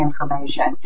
information